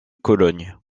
cologne